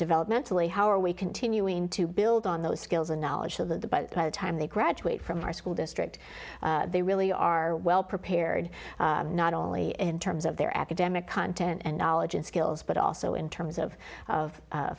developmentally how are we continuing to build on those skills and knowledge so that the by the time they graduate from our school district they really are well prepared not only in terms of their academic content and knowledge and skills but a also in terms of of